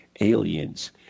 aliens